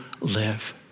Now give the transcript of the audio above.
live